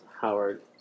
Howard